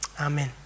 Amen